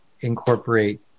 incorporate